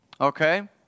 okay